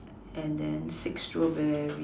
and then six strawberry